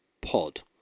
pod